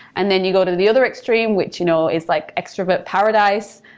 and then, you go to the other extreme which you know is like extrovert paradise,